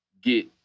get